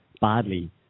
badly